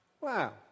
wow